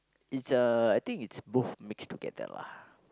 it's a I think it's both mix together lah